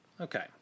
Okay